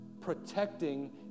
protecting